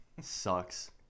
Sucks